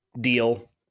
deal